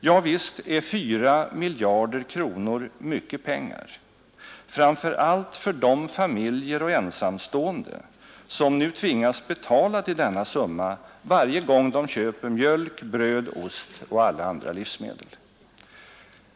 Ja, visst är 4 miljarder kronor mycket pengar — framför allt för de familjer och ensamstående som nu tvingas betala till denna summa varje gång de köper mjölk, bröd, ost och alla andra livsmedel.